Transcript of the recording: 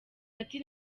ati